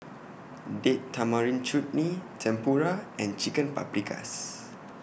Date Tamarind Chutney Tempura and Chicken Paprikas